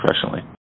professionally